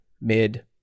mid